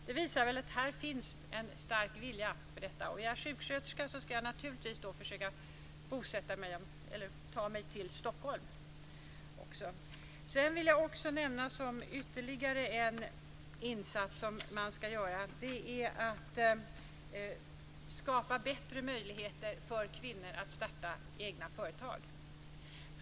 Det visar väl att här finns en stark vilja för detta. En sjuksköterska ska naturligtvis försöka ta sig till Stockholm. Sedan vill jag nämna ytterligare en insats som man ska göra. Det är att skapa bättre möjligheter för kvinnor att starta egna företag.